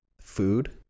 food